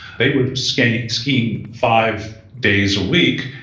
they were skiing skiing five days a week,